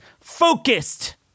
focused